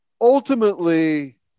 ultimately